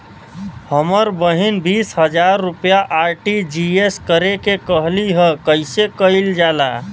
हमर बहिन बीस हजार रुपया आर.टी.जी.एस करे के कहली ह कईसे कईल जाला?